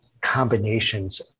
combinations